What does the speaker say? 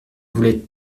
voulait